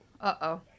Uh-oh